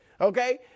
okay